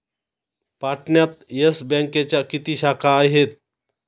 पाटण्यात येस बँकेच्या किती शाखा आहेत?